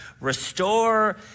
Restore